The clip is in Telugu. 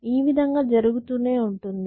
ఈ విధంగా జరుగుతూనే ఉంటుంది